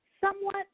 somewhat